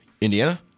Indiana